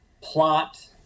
plot